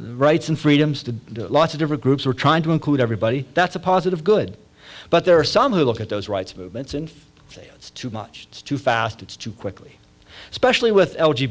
the rights and freedoms to lots of different groups we're trying to include everybody that's a positive good but there are some who look at those rights movements and say it's too much too fast it's too quickly especially with